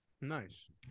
Nice